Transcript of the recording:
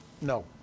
no